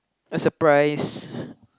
a surprise